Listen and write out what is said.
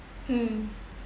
um